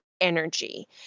energy